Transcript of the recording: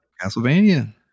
Castlevania